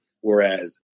whereas